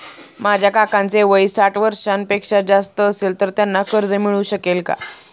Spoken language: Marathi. माझ्या काकांचे वय साठ वर्षांपेक्षा जास्त असेल तर त्यांना कर्ज मिळू शकेल का?